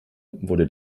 wurde